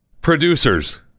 producers